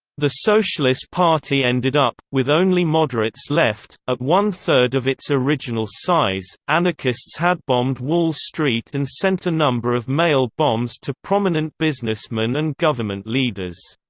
the socialist party ended up, with only moderates left, at one third of its original size anarchists had bombed wall street and sent a number of mail-bombs to prominent businessmen and government leaders.